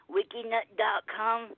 WikiNut.com